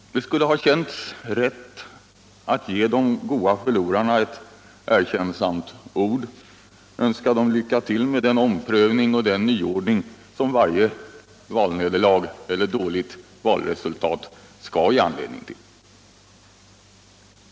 Det skulle ha känts rätt att ge de goda förlorarna ett erkännsamt ord, att önska dem lycka till i den omprövning och den nyordning som varje valnederlag eller dåligt valresultat skall ge anledning till.